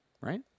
Right